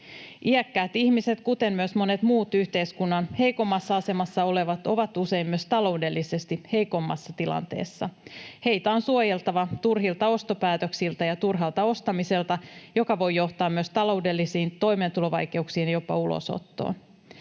Iäkkäät ihmiset, kuten myös monet muut yhteiskunnan heikommassa asemassa olevat, ovat usein myös taloudellisesti heikommassa tilanteessa. Heitä on suojeltava turhilta ostopäätöksiltä ja turhalta ostamiselta, joka voi johtaa myös taloudellisiin toimeentulovaikeuksiin ja jopa ulosottoon.